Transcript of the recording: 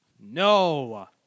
No